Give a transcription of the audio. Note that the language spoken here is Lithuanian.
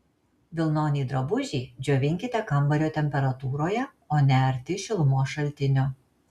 vilnonį drabužį džiovinkite kambario temperatūroje o ne arti šilumos šaltinio